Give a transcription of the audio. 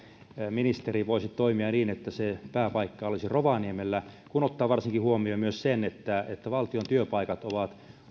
ministeri voisi toimia niin että se pääpaikka olisi rovaniemellä varsinkin kun ottaa huomioon myös sen että että valtion työpaikat ovat